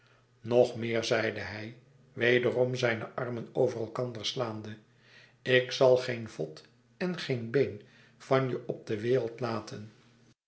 nog meer zeide hij wederom zijne armen over elkander slaande ik zal geen vod en geen been van je op de wereld laten